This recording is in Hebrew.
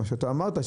מה שאמרת,